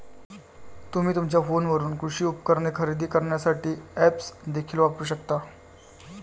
तुम्ही तुमच्या फोनवरून कृषी उपकरणे खरेदी करण्यासाठी ऐप्स देखील वापरू शकता